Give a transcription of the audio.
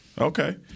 Okay